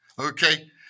Okay